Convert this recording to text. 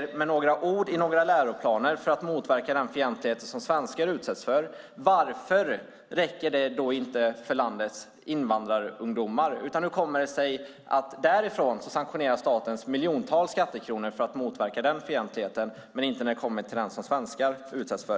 med enbart några ord i några läroplaner för att motverka den fientlighet som svenskar utsätts för. Varför räcker det då inte för landets invandrarungdomar? Hur kommer det sig att staten satsar miljontals skattekronor för att motverka den fientligheten men inte när det kommer till den som svenskar utsätts för?